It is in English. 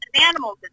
Animals